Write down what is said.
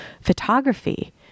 photography